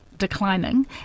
declining